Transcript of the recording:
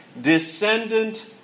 descendant